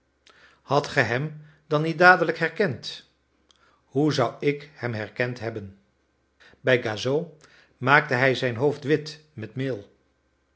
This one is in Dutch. ge hem dan niet dadelijk herkend hoe zou ik hem herkend hebben bij gassot maakte hij zijn hoofd wit met meel